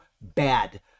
bad